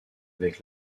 avec